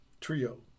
Trio